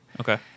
Okay